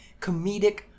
comedic